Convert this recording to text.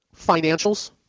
financials